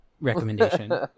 recommendation